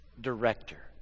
director